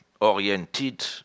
oriented